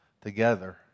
together